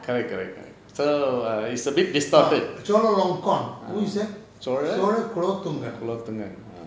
ah sololangon who is he Chola Kulothungan kulathungan